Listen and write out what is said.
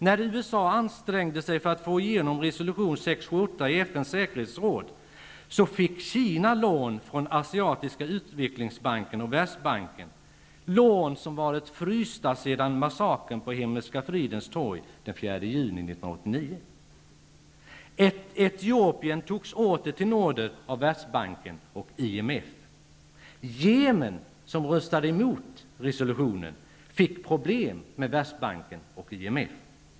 När USA ansträngde sig för att få igenom resolution 678 i FN:s säkerhetsråd, fick Kina lån från Asiatiska utvecklingsbanken och Etiopien togs åter till nåder av Världsbanken och IMF. Jemen, som röstade mot resolutionen, fick problem med Världsbanken och IMF.